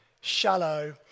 shallow